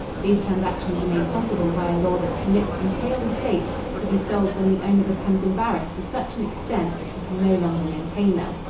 these transactions are made possible by a law that permits entailed estates to be sold when the owner becomes embarrassed to such an extent that he can no longer maintain them.